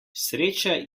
sreča